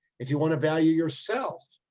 if you want to value yourself,